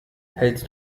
hältst